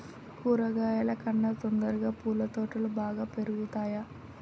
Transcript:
కూరగాయల కన్నా తొందరగా పూల తోటలు బాగా పెరుగుతయా?